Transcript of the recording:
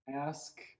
ask